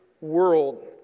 world